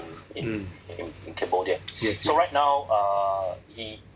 mm yes yes